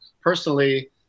personally